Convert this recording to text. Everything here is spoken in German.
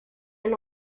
ein